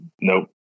nope